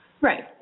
Right